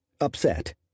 upset